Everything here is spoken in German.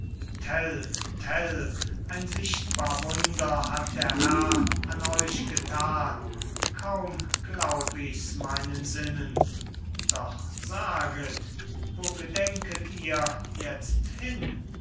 ein sichtbar wunder hat der herr an euch getan kaum glaub ich's meinen sinnen doch saget wo gedenket ihr jetzt hin